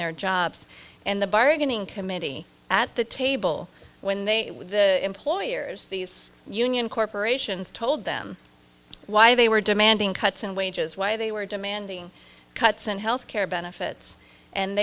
their jobs and the bargaining committee at the table when they would the employers these union corporations told them why they were demanding cuts in wages why they were demanding cuts in health care benefits and